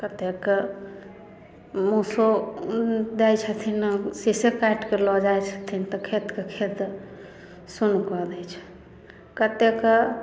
कतेक मुसो दै छथिन शिशो काटिके लऽ जाइ छथिन तऽ खेतके खेत सुन्न कऽ दै छै कते कऽ